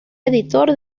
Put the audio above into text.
editor